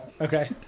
Okay